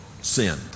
sin